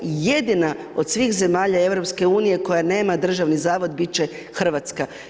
Jedina od svih zemalja EU, koja nema državni zavod biti će Hrvatska.